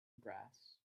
grass